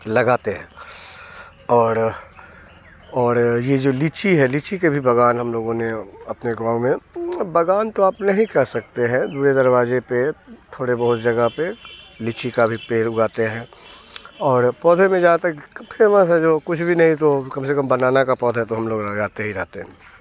लगाते हैं और और ये जो लीची है लीची के भी बगान हम लोगों ने अपने गाँव में अब बगान तो आप नहीं कह सकते हैं वे दरवाज़े पे थोड़े बहुत जगह पे लीची का भी पेड़ उगाते हैं और पौधे में जहाँ तक फेमस है जो कुछ भी नहीं तो कम से कम बनाना का पौधा हम लोग लगाते ही रहते हैं